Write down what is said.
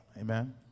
Amen